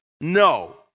No